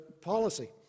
policy